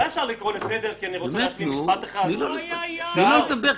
בשום פנים ואופן אני לא נגד דמוקרטיה,